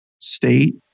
state